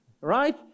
Right